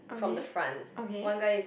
okay okay